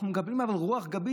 אנחנו מקבלים רוח גבית